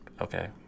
okay